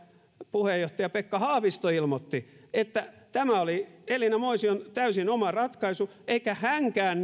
puheenjohtaja pekka haavisto ilmoitti että tämä oli elina moision täysin oma ratkaisu eikä hänkään